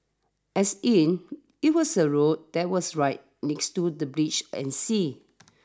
as in it was a road that was right next to the breach and sea